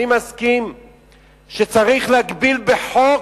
אני מסכים שצריך להגביל בחוק,